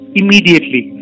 immediately